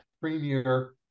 premier